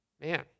man